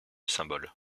symbole